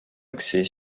axée